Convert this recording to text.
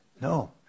no